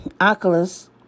Oculus